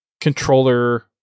controller